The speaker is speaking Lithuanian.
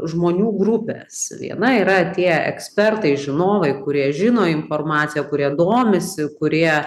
žmonių grupės viena yra tie ekspertai žinovai kurie žino informaciją kurie domisi kurie